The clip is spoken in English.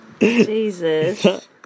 Jesus